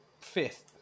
fifth